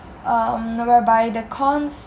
um whereby the cons